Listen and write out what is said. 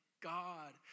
God